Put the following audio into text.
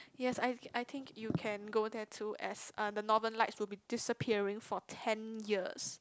yes I I think you can go there to as uh the Northern Lights will be disappearing for ten years